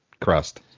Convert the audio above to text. crust